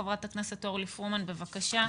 חברת הכנסת אורלי פרומן, בבקשה.